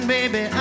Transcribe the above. Baby